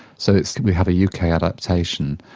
so we have a yeah uk ah adaptation.